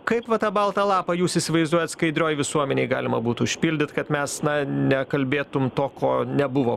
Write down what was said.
kaip va tą baltą lapą jūs įsivaizduojat skaidrioj visuomenėj galima būtų užpildyt kad mes na nekalbėtum to ko nebuvo